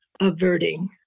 averting